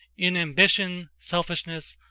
in ambition, selfishness,